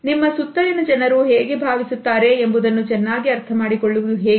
ನಿಮ್ಮ ಸುತ್ತಲಿನ ಜನರು ಹೇಗೆ ಭಾವಿಸುತ್ತಾರೆ ಎಂಬುದನ್ನು ಚೆನ್ನಾಗಿ ಅರ್ಥ ಮಾಡಿಕೊಳ್ಳುವುದು ಹೇಗೆ